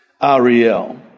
Ariel